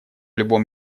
любом